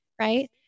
right